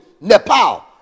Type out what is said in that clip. Nepal